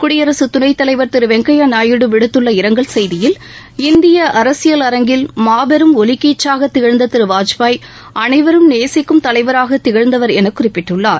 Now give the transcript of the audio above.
குடியரசு துணைத்தலைவர் திரு வெங்கையா நாயுடு விடுத்துள்ள இரங்கல் செய்தியில் இந்திய அரசியல் அரங்கில் மாபெரும் ஒளிக்கீற்றாக திகழ்ந்த திரு வாஜ்பாய் அளைவரும் நேசிக்கும் தலைவராக திகழ்ந்தவர் என குறிப்பிட்டுள்ளார்